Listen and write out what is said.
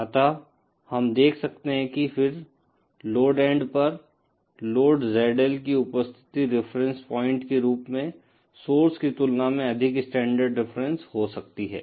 अतःहम देख सकते हैं कि फिर लोड एंड पर लोड ZL की उपस्थिति रिफरेन्स पॉइंट के रूप में सोर्स की तुलना में अधिक स्टैण्डर्ड रिफरेन्स हो सकती है